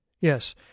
Yes